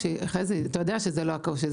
חזי, אתה יודע שזה לא הקושי.